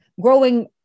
growing